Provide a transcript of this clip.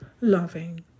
loving